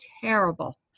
terrible